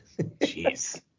Jeez